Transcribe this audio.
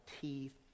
teeth